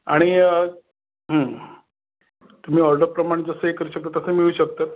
आणि तुम्ही ऑर्डरप्रमाणे जसं आहे करू शकता तसं मिळू शकतं